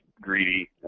greedy